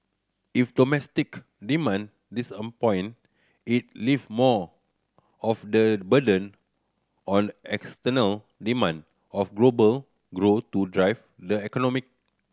if domestic demand disappoint it leave more of the burden on external demand of global grow to drive the economic